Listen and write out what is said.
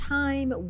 time